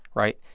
right?